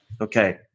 Okay